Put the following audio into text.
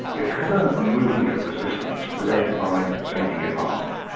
it had a movement of resistance led by zaidi imams.